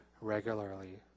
regularly